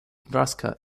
nebraska